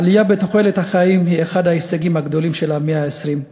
העלייה בתוחלת החיים היא אחד ההישגים הגדולים של המאה ה-20,